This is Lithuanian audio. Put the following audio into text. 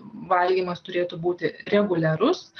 valgymas turėtų būti reguliarus